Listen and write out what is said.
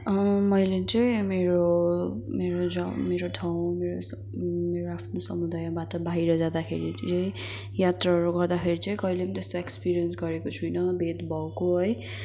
मैले चाहिँ मेरो मेरो मेरो ठाउँ मेरो मेरो आफ्नो समुदायबाट बाहिर जाँदाखेरि चाहिँ यात्राहरू गर्दाखेरि चाहिँ कहिले पनि त्यस्तो एक्सपिरियन्स गरेको छुइनँ भेदभावको है